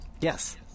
Yes